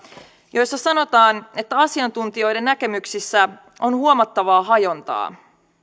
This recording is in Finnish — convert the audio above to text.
joissa sanotaan että asiantuntijoiden näkemyksissä on huomattavaa hajontaa